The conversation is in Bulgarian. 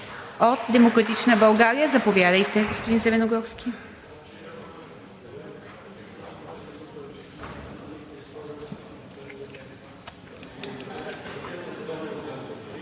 От „Демократична България“? Заповядайте, господин Зеленогорски.